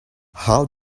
how